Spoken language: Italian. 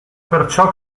perciò